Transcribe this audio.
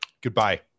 goodbye